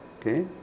okay